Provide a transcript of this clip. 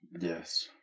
yes